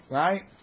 right